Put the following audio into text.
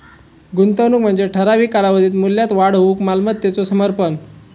गुंतवणूक म्हणजे ठराविक कालावधीत मूल्यात वाढ होऊक मालमत्तेचो समर्पण